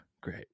Great